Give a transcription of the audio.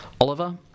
Oliver